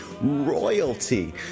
royalty